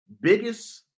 biggest